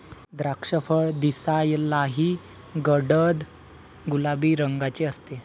द्राक्षफळ दिसायलाही गडद गुलाबी रंगाचे असते